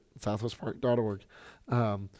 southwestpark.org